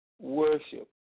worship